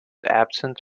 absent